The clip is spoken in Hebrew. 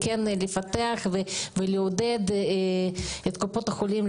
לפתח ולעודד את קופות החולים,